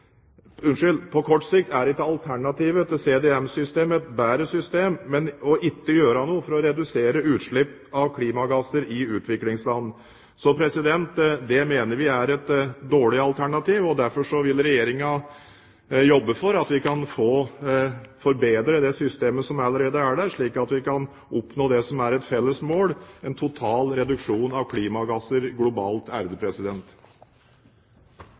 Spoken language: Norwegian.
mener vi er et dårlig alternativ. Derfor vil Regjeringen jobbe for at vi kan forbedre det systemet som allerede er der, slik at vi kan oppnå det som er et felles mål, nemlig en total reduksjon av klimagasser globalt.